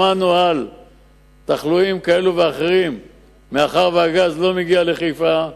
שמענו על תחלואים כאלה ואחרים מאחר שהגז לא מגיע לחיפה.